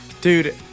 Dude